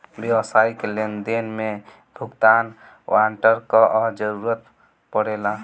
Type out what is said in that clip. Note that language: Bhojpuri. व्यावसायिक लेनदेन में भुगतान वारंट कअ जरुरत पड़ेला